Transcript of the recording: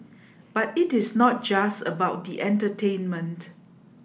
but it is not just about the entertainment